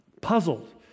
puzzled